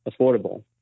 affordable